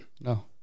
No